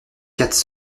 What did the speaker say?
quatre